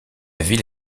ville